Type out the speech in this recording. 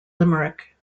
limerick